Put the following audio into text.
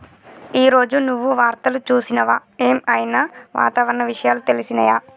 ఈ రోజు నువ్వు వార్తలు చూసినవా? ఏం ఐనా వాతావరణ విషయాలు తెలిసినయా?